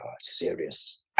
serious